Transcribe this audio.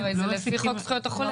הרי זה לפי חוק זכויות החולה.